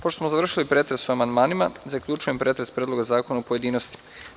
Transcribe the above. Pošto smo završili pretres o amandmanima, zaključujem pretres Predloga zakona u pojedinostima.